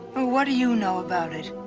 what do you know about it?